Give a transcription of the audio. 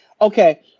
Okay